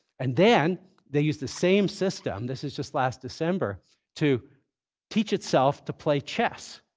and then they used the same system this is just last december to teach itself to play chess.